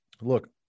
look